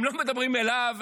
הם לא מדברים אליו,